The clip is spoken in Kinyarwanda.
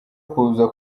kuza